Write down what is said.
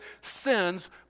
sins